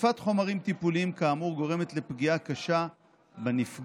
חשיפת חומרים טיפוליים כאמור גורמת לפגיעה קשה בנפגע,